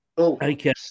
Okay